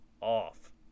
off